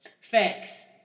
Facts